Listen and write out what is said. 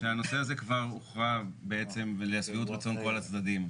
שהנושא הזה כבר הוכרע בעצם לשביעות רצון כל הצדדים.